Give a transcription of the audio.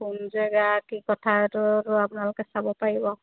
কোন জেগা কি কথাটোতো আপোনালোকে চাব পাৰিব